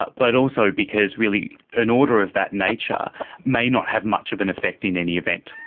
but but also because really an order of that nature may not have much of an effect in any event.